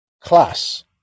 class